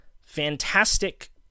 fantastic